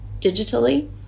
digitally